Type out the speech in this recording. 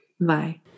Bye